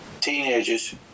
teenagers